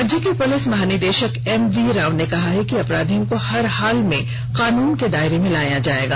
राज्य के पुलिस महानिदेशक एमवी राव ने कहा है कि अपराधियों को हर हाल में कानून के दायरे में लाया जाएगा